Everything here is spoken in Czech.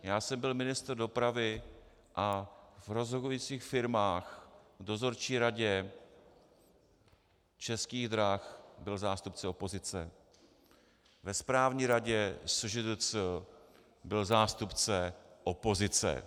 Já jsem byl ministr dopravy a v rozhodujících firmách v dozorčí radě Českých drah byl zástupce opozice, ve správní radě SŽDC byl zástupce opozice.